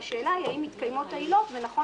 והשאלה היא האם מתקיימות העילות ונכון